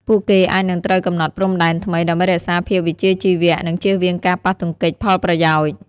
ពួកគេអាចនឹងត្រូវកំណត់ព្រំដែនថ្មីដើម្បីរក្សាភាពវិជ្ជាជីវៈ និងជៀសវាងការប៉ះទង្គិចផលប្រយោជន៍។